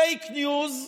פייק ניוז,